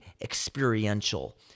experiential